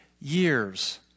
years